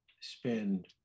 spend